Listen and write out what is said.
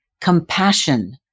compassion